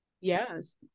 Yes